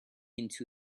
into